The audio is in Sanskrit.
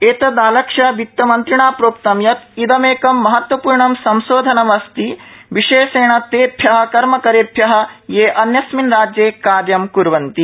एतदालक्ष्य वित्तमन्त्रिणा प्रोक्तं यत् इदमेकं महत्त्वपूर्ण संशोधनं अस्ति विशेषेण तेभ्य कर्मकरेभ्य ये अन्यस्मिन् राज्ये कार्य क्वन्ति